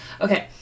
Okay